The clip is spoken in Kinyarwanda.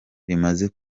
rimaze